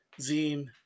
zine